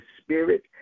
spirit